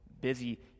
busy